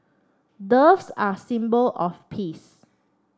doves are a symbol of peace